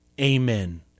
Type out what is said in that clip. Amen